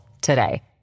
today